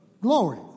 Glory